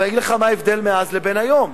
אבל אני אגיד לך מה ההבדל בין אז לבין היום.